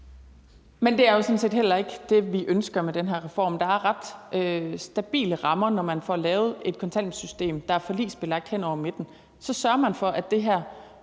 Det er jo sådan set heller ikke det, vi ønsker med den her reform. Der er ret stabile rammer, når man får lavet et kontanthjælpssystem, der er forligsbelagt hen over midten. Så sørger man for, at det her